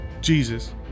Jesus